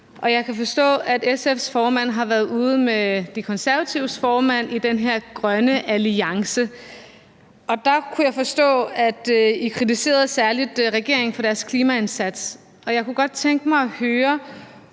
Jeg kan forstå, at SF's formand har været ude med De Konservatives formand i den her grønne alliance, og der kunne jeg forstå, at man særlig kritiserede regeringen for dens klimaindsats. Og jeg kunne godt tænke mig at høre,